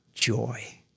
joy